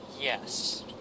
Yes